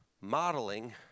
Modeling